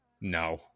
No